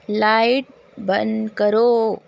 light بند کرو